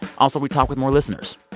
also, we talk with more listeners.